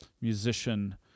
musician